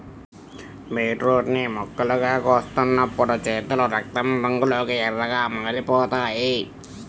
beetroot ని ముక్కలుగా కోస్తున్నప్పుడు చేతులు రక్తం రంగులోకి ఎర్రగా మారిపోతాయి